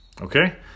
okay